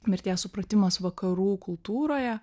mirties supratimas vakarų kultūroje